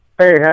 Hey